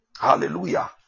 Hallelujah